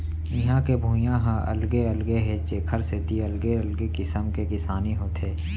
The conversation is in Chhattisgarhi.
इहां के भुइंया ह अलगे अलगे हे जेखर सेती अलगे अलगे किसम के किसानी होथे